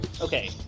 Okay